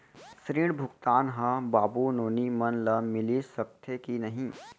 ऋण भुगतान ह बाबू नोनी मन ला मिलिस सकथे की नहीं?